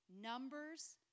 numbers